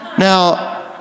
Now